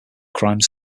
crimes